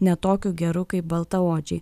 ne tokiu geru kaip baltaodžiai